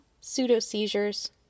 pseudo-seizures